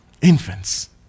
Infants